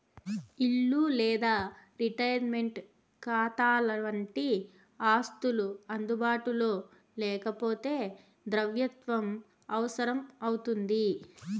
ఇల్లు లేదా రిటైర్మంటు కాతాలవంటి ఆస్తులు అందుబాటులో లేకపోతే ద్రవ్యత్వం అవసరం అవుతుంది